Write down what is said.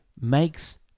makes